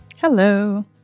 Hello